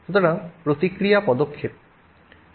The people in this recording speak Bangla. সুতরাং প্রতিক্রিয়া পদক্ষেপ